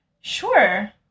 Sure